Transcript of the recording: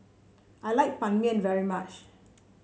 I like Ban Mian very much